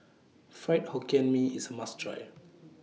Fried Hokkien Mee IS A must Try